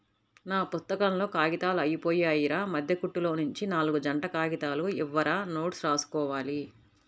నా పుత్తకంలో కాగితాలు అయ్యిపొయ్యాయిరా, మద్దె కుట్టులోనుంచి నాల్గు జంట కాగితాలు ఇవ్వురా నోట్సు రాసుకోవాలి